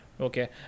okay